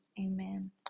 Amen